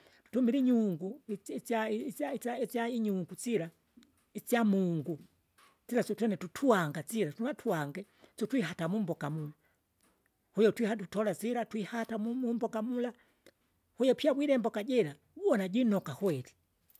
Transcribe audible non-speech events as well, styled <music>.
Tutumile inyungu isi- isya- isya- isya- isyainyungu sila, isyamungu sila tutuanga sila tunatwange, syuhata mumboka mula, kwahiyo twiha tutola sila, twihata mu- mumboka mula, wiya pyawire imboka jira, wiwona jinoka kweri. <noise>